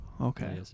Okay